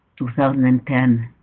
2010